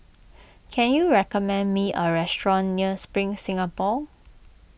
can you recommend me a restaurant near Spring Singapore